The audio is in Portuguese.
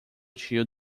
tio